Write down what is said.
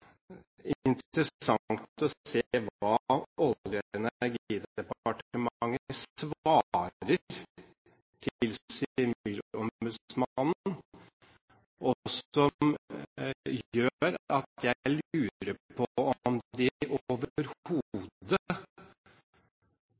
å se hva Olje- og energidepartementet svarer til sivilombudsmannen, og som gjør at jeg lurer på om